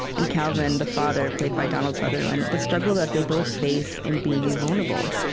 and calvin, the father, played by donald sutherland the struggle that they both face in being vulnerable.